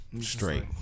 Straight